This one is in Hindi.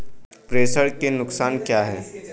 प्रेषण के नुकसान क्या हैं?